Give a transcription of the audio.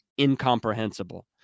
incomprehensible